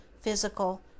physical